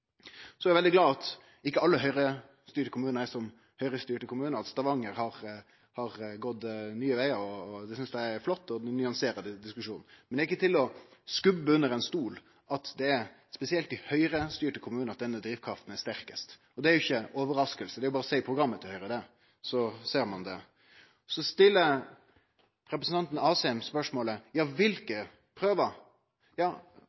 Så er eg veldig glad for at ikkje alle Høgre-styrte kommunar er slik, m.a. har Stavanger gått nye vegar. Det synest eg er flott, og det nyanserer diskusjonen. Men det er ikkje til å stikke under stol at det spesielt er i Høgre-styrte kommunar at denne drivkrafta er sterkast. Og det er jo ikkje overraskande. Det er berre å sjå i programmet til Høgre, så ser ein det. Så stiller representanten Asheim spørsmålet: Kva